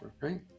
right